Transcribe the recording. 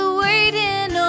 waiting